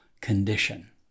condition